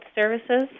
services